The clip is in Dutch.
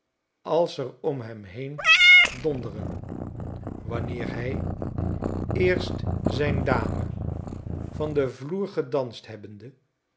als er onihemheendonderen wanneer hij eerst zyn dame van den vloer gedanst hebbende